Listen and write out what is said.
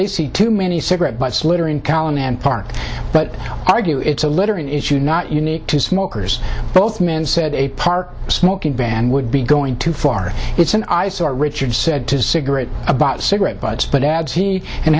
they see too many cigarette butts littering column and park but argue it's a littering issue not unique to smokers both men said a park smoking ban would be going too far it's an eyesore richard said to cigarette about cigarette butts but